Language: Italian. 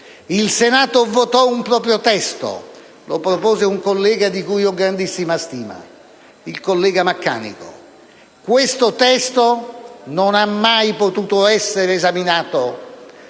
Il Senato votò un proprio testo; lo propose un collega di cui avevo grandissima stima: il collega Maccanico. Questo testo non ha mai potuto essere esaminato